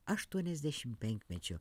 ašuoniasdešim penkmečio